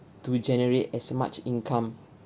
to generate as much income